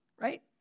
Right